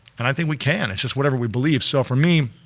and i think we can. it's just whatever we believe. so for me,